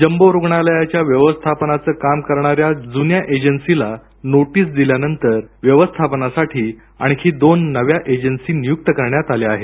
jumbo रुग्णालयाच्या व्यवस्थापनाचं काम करणाऱ्या जून्या एजन्सीला नोटीस दिल्यानंतर व्यवस्थापनासाठी आणखी दोन नव्या एजन्सी नियुक्त करण्यात आल्या आहेत